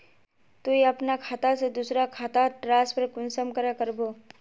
तुई अपना खाता से दूसरा खातात ट्रांसफर कुंसम करे करबो?